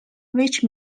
which